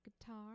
guitar